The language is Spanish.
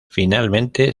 finalmente